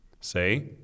Say